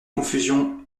confusions